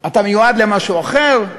אתה מיועד למשהו אחר.